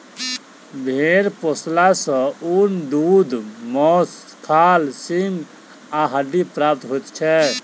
भेंड़ पोसला सॅ ऊन, दूध, मौंस, खाल, सींग आ हड्डी प्राप्त होइत छै